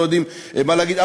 לא יודעים מה להגיד,